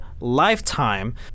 lifetime